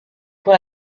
pour